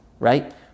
right